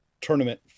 tournament